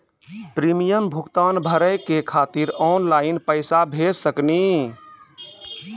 Premium भुगतान भरे के खातिर ऑनलाइन पैसा भेज सकनी?